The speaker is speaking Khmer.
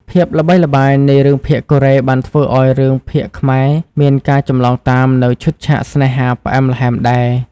ភាពល្បីល្បាញនៃរឿងភាគកូរ៉េបានធ្វើឱ្យរឿងភាគខ្មែរមាន ការចម្លងតាម នូវឈុតឆាកស្នេហាផ្អែមល្ហែមដែរ។